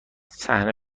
صحنه